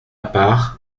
part